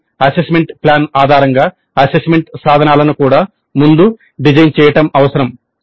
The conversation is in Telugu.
కాబట్టి అసెస్మెంట్ ప్లాన్ ఆధారంగా అసెస్మెంట్ సాధనాలను కూడా ముందు డిజైన్ చేయడం అవసరం